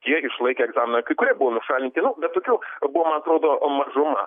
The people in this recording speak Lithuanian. tie išlaikė egzaminą kai kurie buvo nušalinti nu bet tokių buvo man atrodo mažuma